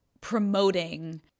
promoting